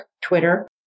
Twitter